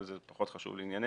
אבל זה פחות חשוב לענייננו.